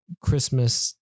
Christmas